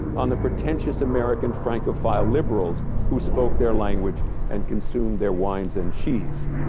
on the pretentious american francophile liberals who spoke their language and consumed their wines and cheese.